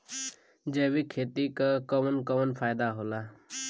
जैविक खेती क कवन कवन फायदा होला?